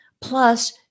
Plus